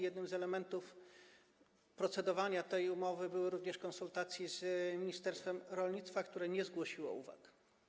Jednym z elementów procedowania tej umowy były również konsultacje z ministerstwem rolnictwa, które nie zgłosiło uwag.